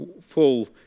full